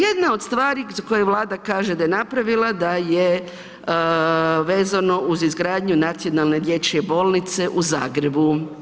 Jedna od stvari za koje Vlada kaže da je napravila da je vezano uz izgradnju nacionalne dječje bolnice u Zagrebu.